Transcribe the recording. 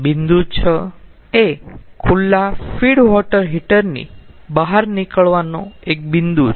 બિંદુ 6 એ ખુલ્લા ફીડ વોટર હીટર ની બહાર નીકળવાનો એક બિંદુ છે